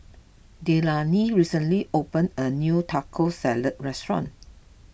Delaney recently opened a new Taco Salad restaurant